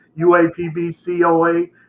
uapbcoa